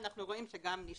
אנחנו רואים שגם נשארים.